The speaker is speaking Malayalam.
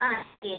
ആ ശരി ചേച്ചി